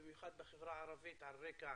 במיוחד בחברה הערבית על רקע